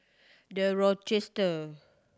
The Rochester